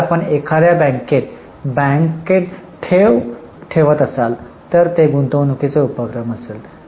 जर आपण एखाद्या बँकेत ठेव ठेवत असाल तर ते गुंतवणूकीचे उपक्रम असेल